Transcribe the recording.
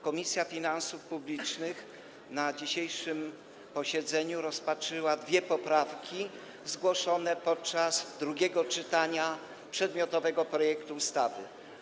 Komisja Finansów Publicznych na dzisiejszym posiedzeniu rozpatrzyła dwie poprawki zgłoszone podczas drugiego czytania przedmiotowego projektu ustawy.